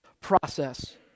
process